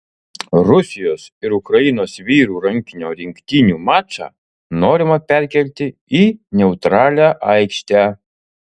rusijos ir ukrainos vyrų rankinio rinktinių mačą norima perkelti į neutralią aikštę